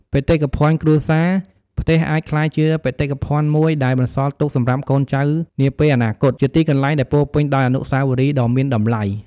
បេតិកភណ្ឌគ្រួសារ ផ្ទះអាចក្លាយជាបេតិកភណ្ឌមួយដែលបន្សល់ទុកសម្រាប់កូនចៅនាពេលអនាគត ជាទីកន្លែងដែលពោរពេញដោយអនុស្សាវរីយ៍ដ៏មានតម្លៃ។